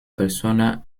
persona